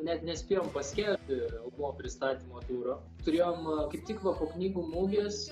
net nespėjom paskelbti albumo pristatymo turo turėjom kaip tik va po knygų mugės